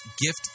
gift